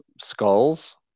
skulls